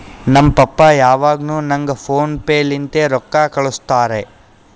ನಮ್ ಪಪ್ಪಾ ಯಾವಾಗ್ನು ನಂಗ್ ಫೋನ್ ಪೇ ಲಿಂತೆ ರೊಕ್ಕಾ ಕಳ್ಸುತ್ತಾರ್